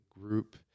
group